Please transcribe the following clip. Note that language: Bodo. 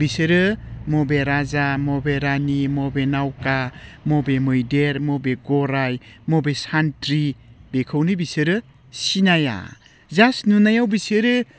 बिसोरो बबे राजा बबे रानि बबे नावखा बबे मैदेर बबे गराइ बबे सान्थ्रि बिखौनो बिसोरो सिनाया जास्ट नुनायाव बिसोरो